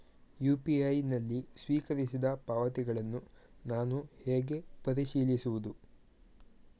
UPI ನಲ್ಲಿ ಸ್ವೀಕರಿಸಿದ ಪಾವತಿಗಳನ್ನು ನಾನು ಹೇಗೆ ಪರಿಶೀಲಿಸುವುದು?